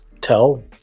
tell